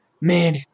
man